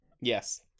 Yes